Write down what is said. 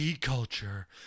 culture